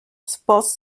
sports